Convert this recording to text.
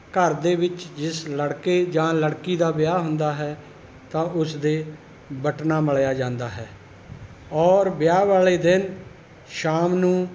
ਘਰ ਦੇ ਵਿੱਚ ਜਿਸ ਲੜਕੇ ਜਾਂ ਲੜਕੀ ਦਾ ਵਿਆਹ ਹੁੰਦਾ ਹੈ ਤਾਂ ਉਸਦੇ ਵੱਟਣਾ ਮਲਿਆ ਜਾਂਦਾ ਹੈ ਔਰ ਵਿਆਹ ਵਾਲੇ ਦਿਨ ਸ਼ਾਮ ਨੂੰ